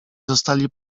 zostali